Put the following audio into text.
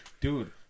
Dude